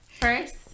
First